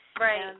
Right